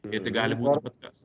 ir tai gali būti bet tas